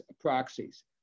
proxies